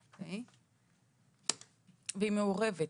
והיא מעורבת.